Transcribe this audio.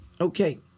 Okay